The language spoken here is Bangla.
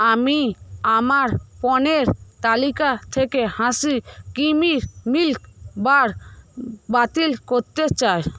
আমি আমার পণ্যের তালিকা থেকে হার্শিস ক্রিমি মিল্ক বার বাতিল করতে চাই